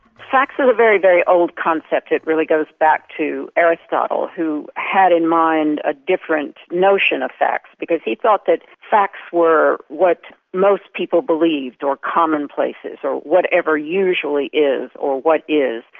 facts is a very, very old concept, it really goes back to aristotle who had in mind a different notion of facts, because he thought that facts were what most people believed or commonplaces or whatever usually is or what is,